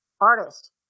artist